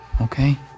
okay